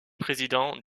président